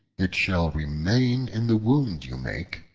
it shall remain in the wound you make,